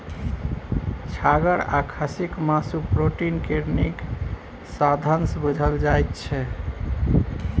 छागर आ खस्सीक मासु प्रोटीन केर नीक साधंश बुझल जाइ छै